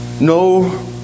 No